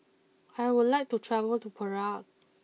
I would like to travel to Prague